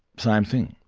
same thing.